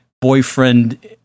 boyfriend